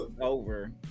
over